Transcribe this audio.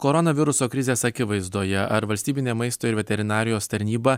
koronaviruso krizės akivaizdoje ar valstybinė maisto ir veterinarijos tarnyba